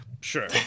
sure